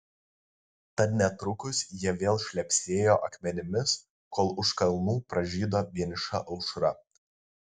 tad netrukus jie vėl šlepsėjo akmenimis kol už kalnų pražydo vieniša aušra